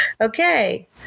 okay